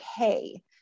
okay